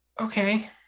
Okay